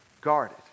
guarded